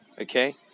Okay